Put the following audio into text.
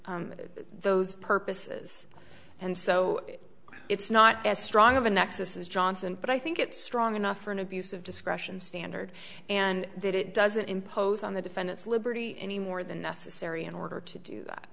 those purposes and so it's not as strong of a nexus as johnson but i think it's strong enough for an abuse of discretion standard and that it doesn't impose on the defendant's liberty any more than necessary in order to do that